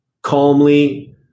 Calmly